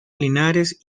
linares